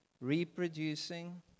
reproducing